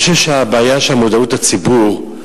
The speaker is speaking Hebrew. אני חושב שהבעיה של מודעות הציבור,